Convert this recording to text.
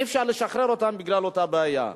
אי-אפשר לשחרר אותן בגלל אותה בעיה.